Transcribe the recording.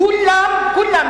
כולם,